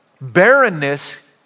Barrenness